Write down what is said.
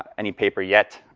any paper yet